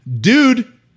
Dude